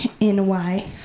NY